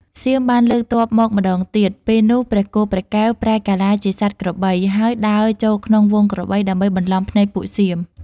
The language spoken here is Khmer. សៀមបានលើកទ័ពមកម្ដងទៀត ពេលនោះព្រះគោព្រះកែវប្រែកាឡាជាសត្វក្របី ហើយដើរចូលក្នុងហ្វូងក្របីដើម្បីបន្លំភ្នែកពួកសៀម។